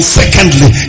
secondly